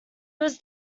was